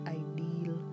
ideal